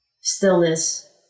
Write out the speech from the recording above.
stillness